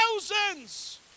thousands